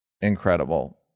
incredible